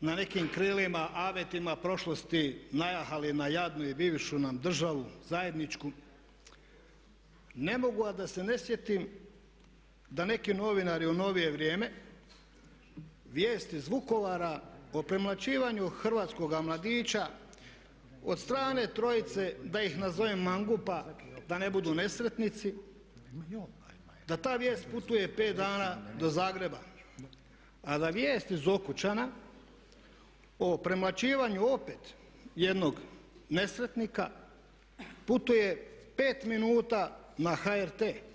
na nekim krilima, avetima prošlosti najahali na jadnu i bivšu nam državu zajedničku ne mogu a da se ne sjetim da neki novinari u novije vrijeme vijest iz Vukovara o premlaćivanju hrvatskoga mladića od strane trojice da ih nazovem mangupa da ne budu nesretnici da ta vijest putuje 5 dana do Zagreba, a da vijest iz Okučana o premlaćivanju opet jednog nesretnika putuje 5 minuta na HRT.